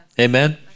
Amen